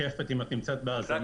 את נמצאת בהאזנה?